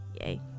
Yay